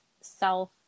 self